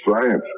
science